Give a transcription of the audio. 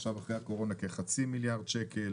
עכשיו אחרי הקורונה כחצי מיליארד שקל.